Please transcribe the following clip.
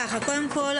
12:29) קודם כול,